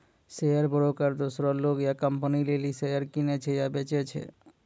share broker दोसरो लोग या कंपनी लेली शेयर किनै छै या बेचै छै